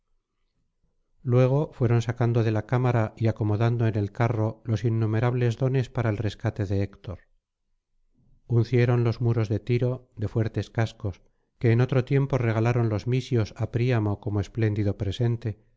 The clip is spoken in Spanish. luego fueron sacando de la cámara y acomodando en el carro los innumerables dones para el rescate de héctor uncieron los mulos de tiro de fuertes cascos que en otro tiempo regalaron los misios á príamo como espléndido presente